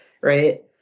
right